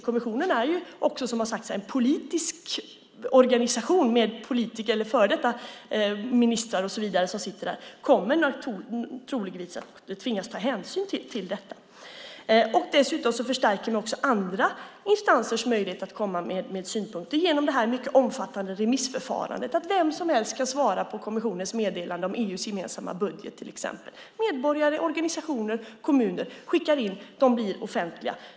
Kommissionen är en politisk organisation med före detta politiker och ministrar, och kommissionen kommer troligtvis att tvingas ta hänsyn till detta. Dessutom förstärks också andra instansers möjligheter att komma med synpunkter genom det omfattande remissförfarandet. Vem som helst kan svara på kommissionens meddelande om till exempel EU:s gemensamma budget. Medborgare, organisationer och kommuner skickar in svar. De blir offentliga.